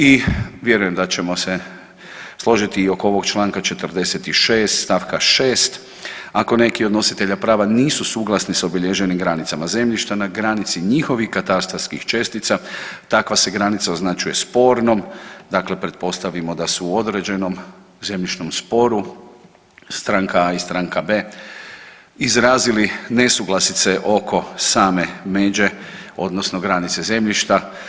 I vjerujem da ćemo se složiti i oko ovog Članka 46. stavka 6., ako neki od nositelja prava nisu suglasni s obilježenim granicama zemljišta na granici njihovih katastarskih čestica takva se granica označuje spornom, dakle pretpostavimo da su u određenom zemljišnom sporu stranka A i stranka B izrazili nesuglasice oko same međe odnosno granice zemljišta.